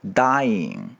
dying